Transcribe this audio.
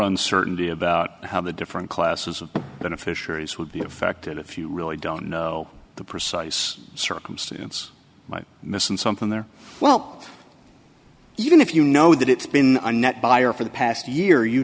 uncertainty about how the different classes of inefficiencies would be affected if you really don't know the precise circumstance might miss and something they're well even if you know that it's been a net buyer for the past year you